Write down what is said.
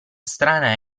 strana